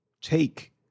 take